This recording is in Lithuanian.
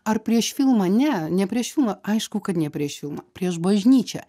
ar prieš filmą ne ne prieš filmą aišku kad ne prieš filmą prieš bažnyčią